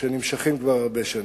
שנמשכים כבר הרבה שנים,